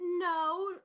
No